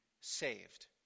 saved